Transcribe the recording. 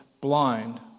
blind